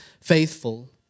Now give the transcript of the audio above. faithful